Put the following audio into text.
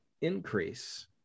increase